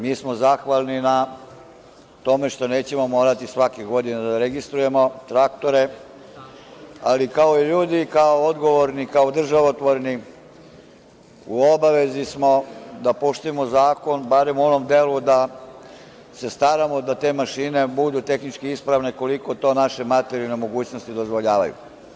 Mi smo zahvalni na tome što nećemo morati svake godine da registrujemo traktore, ali kao odgovorni ljudi, kao državotvorni, u obavezi smo da poštujemo zakon, barem u onom delu da se staramo da te mašine budu tehničke ispravne, koliko to naše materijalne mogućnosti dozvoljavaju.